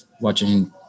watching